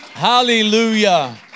Hallelujah